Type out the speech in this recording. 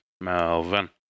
Melvin